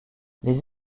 les